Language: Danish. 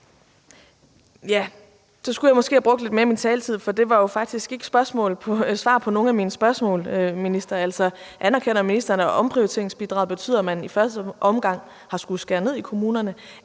Ja, så skulle jeg måske have brugt lidt mere af min taletid, for det var jo faktisk ikke svar på nogen af mine spørgsmål, vil jeg sige til ministeren. Altså, anerkender ministeren, at omprioriteringsbidraget betyder, at man i første omgang har skullet skære ned i kommunerne?